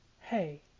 hey